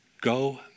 Go